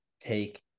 take